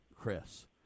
Chris